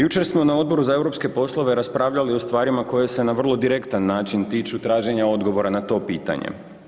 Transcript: Jučer smo na Odboru za europske poslove raspravljali o stvarima koje se na vrlo direktan način tiču traženja odgovora na to pitanje.